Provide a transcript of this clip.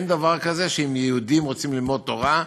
אין דבר כזה שאם יהודים רוצים ללמוד תורה,